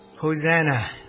Hosanna